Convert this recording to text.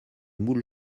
moules